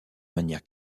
manière